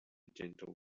gentle